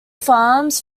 farms